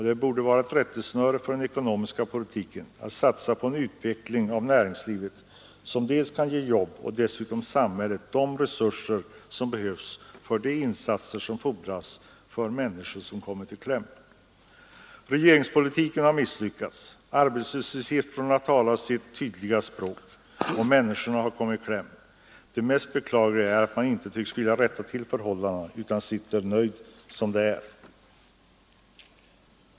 Det borde vara ett rättesnöre för den ekonomiska politiken att satsa på en utveckling av näringslivet som dels kan ge jobb, dels tillföra samhället de resurser som behövs för de insatser som fordras för människor som fått svårigheter. Regeringspolitiken har misslyckats. Arbetslöshetssiffrorna talar sitt tydliga språk, och människorna har kommit i kläm. Det mest beklagliga är att man inte tycks vilja rätta till förhållandena utan sitter nöjd som det är.